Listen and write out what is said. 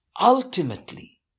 ultimately